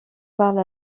parle